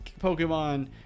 pokemon